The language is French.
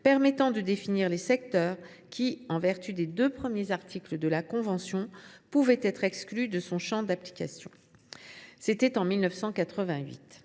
permettant de définir les secteurs qui, en vertu des deux premiers articles de la convention, pouvaient être exclus de son champ d’application. C’était en 1988…